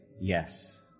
Yes